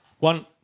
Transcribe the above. One